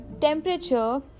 temperature